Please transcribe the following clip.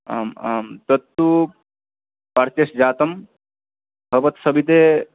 आम् आं तत्तु पर्चेस् जातं भवत्सविधे